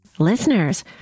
Listeners